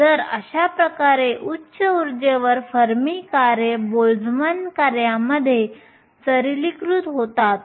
तर अशा प्रकारे उच्च उर्जेवर फर्मी कार्ये बोल्टझमॅन कार्यामध्ये सरलीकृत होतात